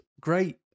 great